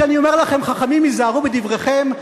כשאני אומר לכם: חכמים היזהרו בדבריכם,